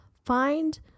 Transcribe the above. find